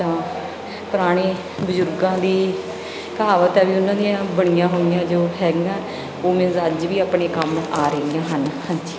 ਤਾਂ ਪੁਰਾਣੇ ਬਜ਼ੁਰਗਾਂ ਦੀ ਕਹਾਵਤ ਹੈ ਵੀ ਉਹਨਾਂ ਦੀਆਂ ਬਣੀਆਂ ਹੋਈਆਂ ਜੋ ਹੈਗੀਆਂ ਉਵੇਂ ਅੱਜ ਵੀ ਆਪਣੇ ਕੰਮ ਆ ਰਹੀਆਂ ਹਨ ਹਾਂਜੀ